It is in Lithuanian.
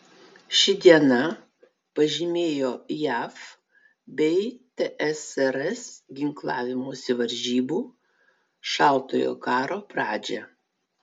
ši diena pažymėjo jav bei tsrs ginklavimosi varžybų šaltojo karo pradžią